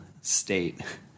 state